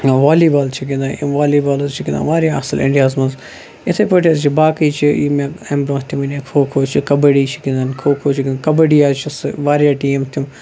والی بال چھِ گِنٛدان یِم والی بال حظ چہِ گِنٛدان واریاہ اَصٕل یِم اِنٛڈیا ہَس منٛز یِتھٕے پٲٹھۍ حظ چھِ یِم باقٕے چھِ یِم مےٚ امہِ برٛونٛہہ تہِ وَنیایے کھو کھو چھُ کَبَڈی چھِ گِنٛدان کھو کھو چھُ کَبَڈی حظ چھُ واریاہ ٹیٖم تِم